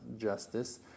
justice